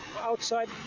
outside